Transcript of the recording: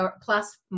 plus